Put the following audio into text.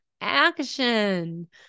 action